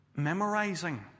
Memorizing